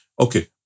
okay